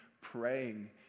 praying